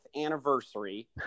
anniversary